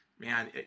Man